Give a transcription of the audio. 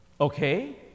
Okay